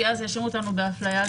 כי אז יאשימו אותנו באפליה.